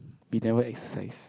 be never exercise